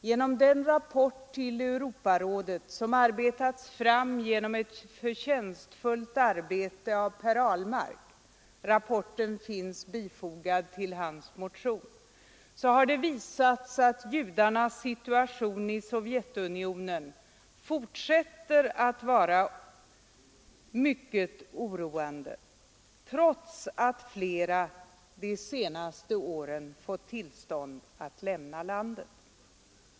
Genom den rapport till Europarådet, som arbetats fram genom förtjänstfulla insatser av Per Ahlmark — rapporten finns bifogad till hans motion — har visats, att judarnas situation i Sovjetunionen fortsätter att vara mycket oroande, trots att flera de senaste åren fått tillstånd att lämna landet.